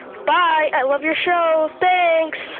bye. i love your show. thanks